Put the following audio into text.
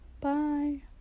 Bye